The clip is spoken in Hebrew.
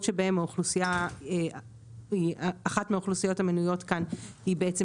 למקומות שבהם האוכלוסייה היא אחת מהאוכלוסיות המנויות כאן והיא בעצם